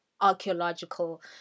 archaeological